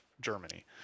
Germany